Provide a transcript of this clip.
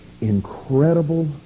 incredible